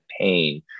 pain